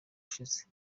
ushize